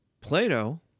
Plato